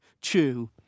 chew